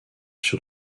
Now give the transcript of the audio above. sur